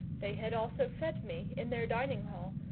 they had also fed me in their dining-hall,